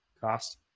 cost